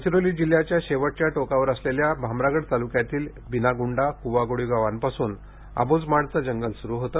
गडचिरोली जिल्ह्याच्या शेवटच्या टोकावर असलेल्या भामरागड ताल्क्यातील बिनाग्डा क्व्वाकोडी गावांपासून अब्झमाडचे जंगल स्रु होते